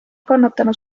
kannatanu